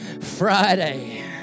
Friday